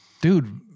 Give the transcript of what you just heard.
Dude